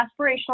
aspirational